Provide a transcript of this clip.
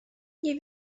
nie